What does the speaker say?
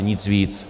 Nic víc.